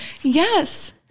Yes